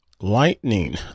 lightning